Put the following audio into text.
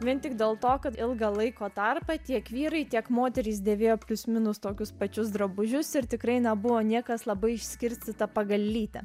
vien tik dėl to kad ilgą laiko tarpą tiek vyrai tiek moterys dėvėjo plius minus tokius pačius drabužius ir tikrai nebuvo niekas labai išskirstyta pagal lytį